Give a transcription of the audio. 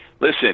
listen